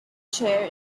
chair